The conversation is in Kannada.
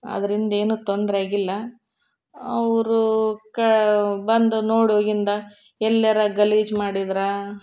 ಅದರಿಂದ ಏನೂ ತೊಂದರೆಯಾಗಿಲ್ಲ ಅವರು ಕ ಬಂದು ನೋಡಿ ಹೋಗಿಂದ ಎಲ್ಯಾರೂ ಗಲೀಜು ಮಾಡಿದ್ರೆ